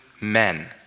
men